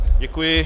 Děkuji.